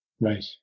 Right